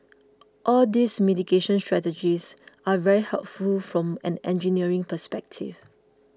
all these mitigation strategies are very helpful from an engineering perspective